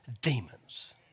demons